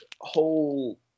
whole